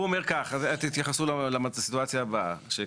הוא אומר כך, תתייחסו לסיטואציה הבאה.